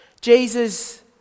Jesus